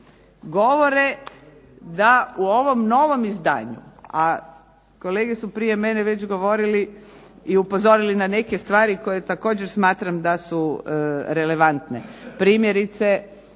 govore da u ovom novom izdanju, a kolege su prije mene već govorili i upozorili na neke stvari koje također smatram da su relevantne. Primjerice